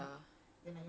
right